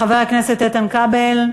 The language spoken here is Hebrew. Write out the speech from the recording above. חבר הכנסת איתן כבל,